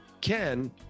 ken